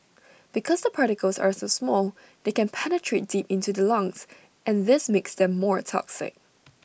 because the particles are so small they can penetrate deep into the lungs and this makes them more toxic